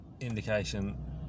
indication